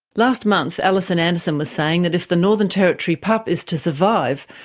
last month, alison anderson was saying that if the northern territory pup is to survive,